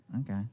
Okay